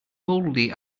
boldly